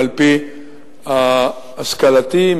ועל-פי השכלתי,